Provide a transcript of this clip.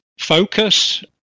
focus